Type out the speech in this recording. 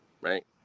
right